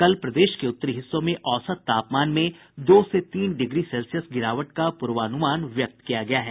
कल प्रदेश के उत्तरी हिस्सों में औसत तापमान में दो से तीन डिग्री सेल्सियस गिरावट का पूर्वानुमान व्यक्त किया गया है